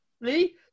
Lee